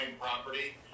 property